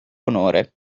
onore